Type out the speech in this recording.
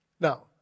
Now